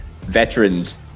veterans